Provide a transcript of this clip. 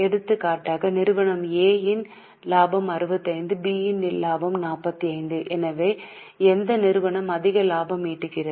எடுத்துக்காட்டாக நிறுவனத்தின் A இன் லாபம் 65 B நிறுவனம் 45 எனவே எந்த நிறுவனம் அதிக லாபம் ஈட்டுகிறது